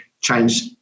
change